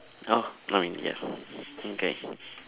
oh mm yup okay